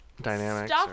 dynamics